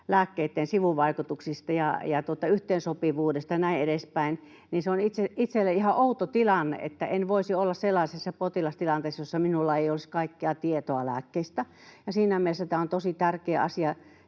lääkkeiden sivuvaikutuksista ja yhteensopivuudesta ja näin edespäin, niin se on itselle ihan outo tilanne, että en voisi olla sellaisessa potilastilanteessa, jossa minulla ei olisi kaikkea tietoa lääkkeistä. Siinä mielessä tämä on tosi tärkeä asia,